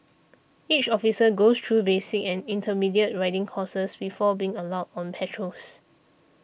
each officer goes through basic and intermediate riding courses before being allowed on patrols